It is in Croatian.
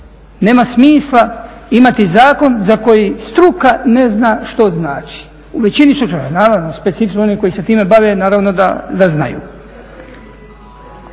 nema smisla imati zakon za koji struka ne zna što znači u većini slučajeva naravno, specifično oni koji se time bave naravno da znaju.